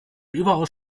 überaus